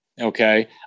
Okay